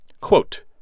Quote